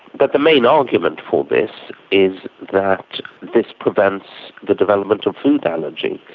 but the main argument for this is that this prevents the development of food allergy,